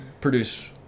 produce